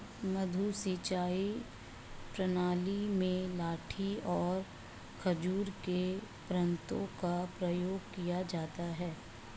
मद्दू सिंचाई प्रणाली में लाठी और खजूर के पत्तों का प्रयोग किया जाता है